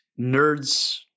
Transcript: nerds